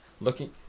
looking